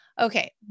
Okay